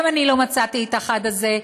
גם אני לא מצאתי את האחד הזה,